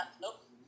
Nope